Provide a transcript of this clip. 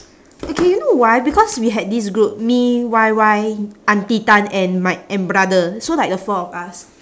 okay you know why because we had this group me Y_Y auntie tan and mike and brother so like the four of us